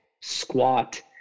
squat